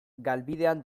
galbidean